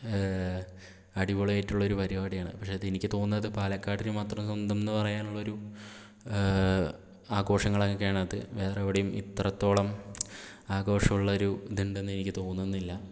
അടിപൊളിയായിട്ടുള്ളൊരു പരിപാടിയാണ് പക്ഷെ അതെനിക്ക് തോന്നുന്നത് പാലക്കാടിന് മാത്രം സ്വന്തം എന്ന് പറയാനൊരു ആഘോഷങ്ങളൊക്കെയാണത് വേറെ എവിടെയും ഇത്രത്തോളം ആഘോഷമുള്ളൊരു ഇതുണ്ടെന്ന് എനിക്ക് തോന്നുന്നില്ല